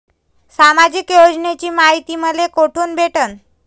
सामाजिक योजनेची मायती मले कोठून भेटनं?